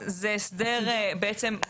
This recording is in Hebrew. זה הסדר בעצם של